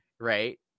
Right